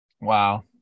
Wow